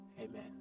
Amen